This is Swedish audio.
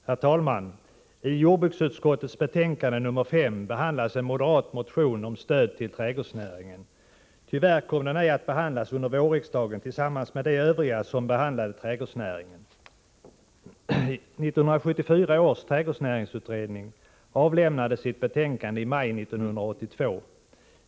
Herr talman! I jordbruksutskottets betänkande nr 5 behandlas en moderat motion om stöd till trädgårdsnäringen. Tyvärr kom den motionen ej att tas upp under vårriksdagen i samband med behandlingen av övriga motioner som gällde trädgårdsnäringen. 1974 års trädgårdsnäringsutredning avlämnade sitt betänkande i maj 1982.